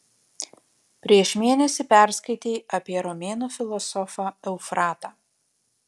prieš mėnesį perskaitei apie romėnų filosofą eufratą